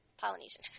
Polynesian